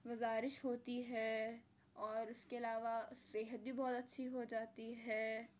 وزارش ہوتی ہے اور اس کے علاوہ صحت بھی بہت اچھی ہو جاتی ہے